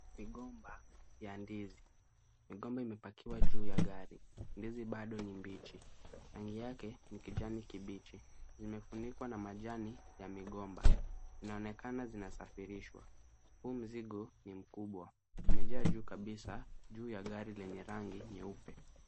Migomba ya ndizi. Migomba imepakiwa juu ya gari. Ndizi bado ni mbichi. Rangi yake ni kijani kibichi. Zimefunikwa na majani ya migomba. Inaonekana zinasafirishwa. Huu mzigo ni mkubwa. Umejaa juu kabisa juu ya gari lenye rangi nyeupe.